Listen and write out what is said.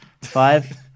Five